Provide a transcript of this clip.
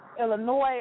Illinois